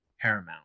paramount